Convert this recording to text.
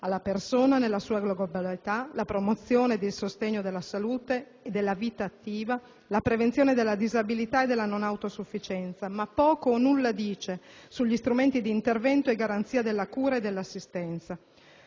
alla persona nella sua globalità, la promozione ed il sostegno alla salute ed alla vita attiva, la prevenzione della disabilità e della non autosufficienza, ma poco o nulla dice sugli strumenti di intervento e garanzia della cura e dell'assistenza.